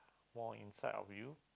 more inside of you